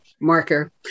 marker